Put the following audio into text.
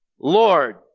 Lord